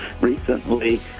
Recently